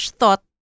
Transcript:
thought